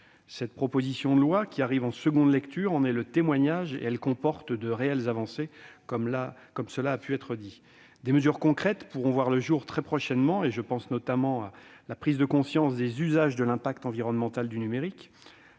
Cette proposition de loi qui arrive en seconde lecture au Sénat en est le témoignage, et elle comporte de réelles avancées. Des mesures concrètes pourront voir le jour très prochainement. Je pense notamment à la prise de conscience, par les usagers, de l'impact environnemental du numérique,